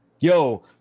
Yo